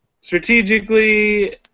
Strategically